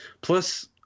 Plus